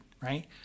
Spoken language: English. right